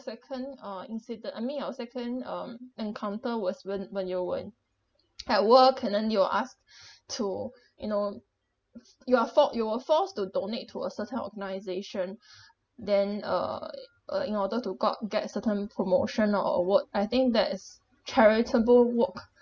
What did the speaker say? your second uh incident I mean your second um encounter was when when you when at work and then you're asked to you know you are ford~ you were forced to donate to a certain organisation then uh uh in order to got get certain promotion or award I think that is charitable work